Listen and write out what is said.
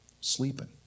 sleeping